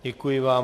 Děkuji vám.